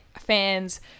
fans